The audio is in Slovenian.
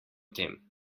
tem